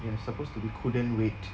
ya supposed to be couldn't wait